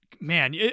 Man